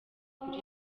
kuri